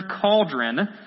cauldron